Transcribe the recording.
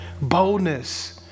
boldness